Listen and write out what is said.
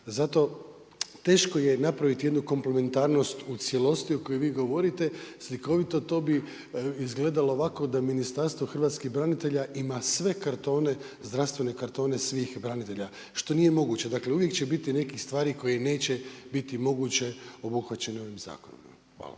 Zato teško je napraviti jednu komplementarnost u cijelosti o kojoj vi govorite slikovito, to bi izgledalo ovako da Ministarstvo hrvatskih branitelja ima sve kartone, zdravstvene kartone svih branitelja, što nije moguće. Uvijek će biti nekih stvari koje neće biti moguće obuhvaćene ovim zakonom. Hvala.